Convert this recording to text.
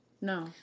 No